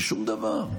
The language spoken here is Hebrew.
שום דבר,